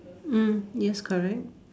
mm yes correct